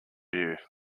you